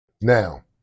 Now